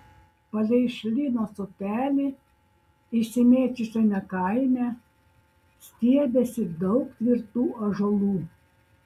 palei šlynos upelį išsimėčiusiame kaime stiebėsi daug tvirtų ąžuolų